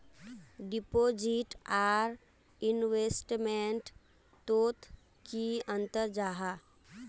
Deposit आर investment तोत की अंतर जाहा?